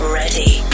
ready